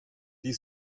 die